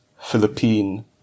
Philippine